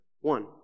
One